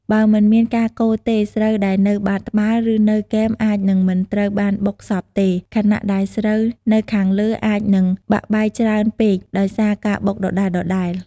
បើមិនមានការកូរទេ ស្រូវដែលនៅបាតត្បាល់ ឬនៅគែមអាចនឹងមិនត្រូវបានបុកសព្វទេ ខណៈដែលស្រូវនៅខាងលើអាចនឹងបាក់បែកច្រើនពេកដោយសារការបុកដដែលៗ។